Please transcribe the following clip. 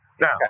Now